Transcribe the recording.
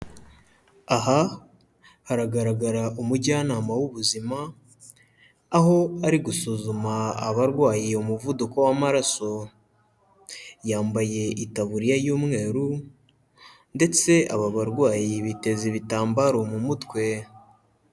Aha haragaragara umujyanama w'ubuzima, aho ari gusuzuma abarwaye umuvuduko w'amaraso, yambaye itaburiya y'umweru ndetse aba barwayi biteza ibitambaro mu mutwe.